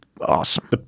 awesome